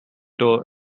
door